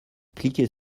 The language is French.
cliquez